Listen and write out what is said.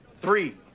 three